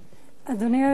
אדוני היושב-ראש,